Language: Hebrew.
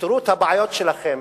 תפתרו את הבעיות שלכם,